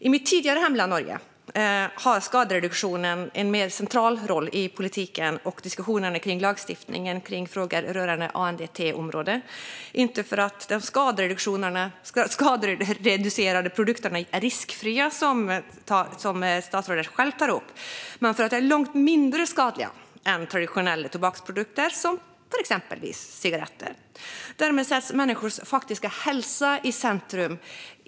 I mitt tidigare hemland Norge har skadereduktionen en mer central roll i politiken och i diskussionerna om lagstiftningen rörande ANDT - inte för att de skadereducerande produkter är riskfria, vilket statsrådet själv tar upp, utan för att de är långt mindre skadliga än traditionella tobaksprodukter såsom cigaretter. Härmed sätts människors faktiska hälsa i centrum. Fru talman!